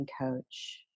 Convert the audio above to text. coach